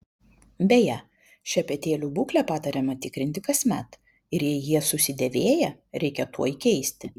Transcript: beje šepetėlių būklę patariama tikrinti kasmet ir jei jie susidėvėję reikia tuoj keisti